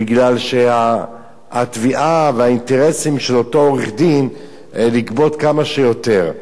בגלל התביעה והאינטרסים של אותו עורך-דין לגבות כמה שיותר.